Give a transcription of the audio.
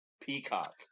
Peacock